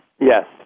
Yes